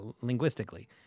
linguistically